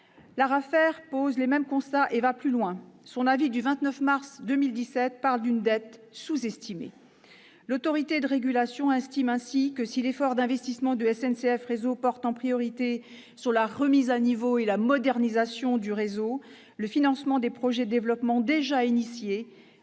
l'ARAFER, dresse les mêmes constats et va même plus loin dans son avis du 29 mars 2017 en parlant d'une dette sous-estimée. L'Autorité de régulation estime ainsi que « si l'effort d'investissement de SNCF Réseau porte en priorité sur la remise à niveau et la modernisation du réseau, le financement des projets de développement déjà initiés